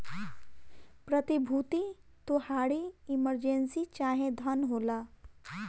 प्रतिभूति तोहारी इमर्जेंसी चाहे धन होला